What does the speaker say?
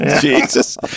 Jesus